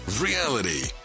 reality